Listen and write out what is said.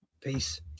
Peace